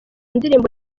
ndirimbo